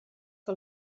que